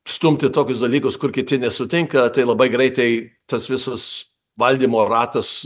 stumti tokius dalykus kur kiti nesutinka tai labai greitai tas visas valdymo ratas